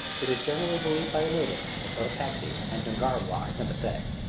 it is generally believed by the natives that cotopaxi and tunguragua are sympathetic.